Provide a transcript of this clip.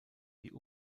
die